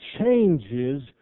changes